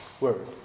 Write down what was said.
word